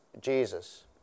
Jesus